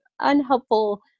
unhelpful